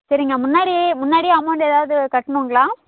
சரிங்க முன்னாடி முன்னாடியே அமௌண்டு ஏதாவது கட்டணுங்களா